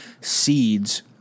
seeds